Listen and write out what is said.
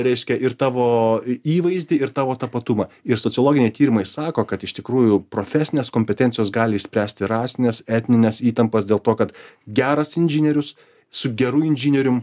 reiškia ir tavo įvaizdį ir tavo tapatumą ir sociologiniai tyrimai sako kad iš tikrųjų profesinės kompetencijos gali išspręsti rasines etnines įtampas dėl to kad geras inžinierius su geru inžinierium